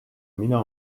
mina